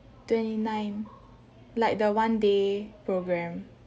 twenty nine like the one day programme